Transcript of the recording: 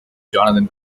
jonathan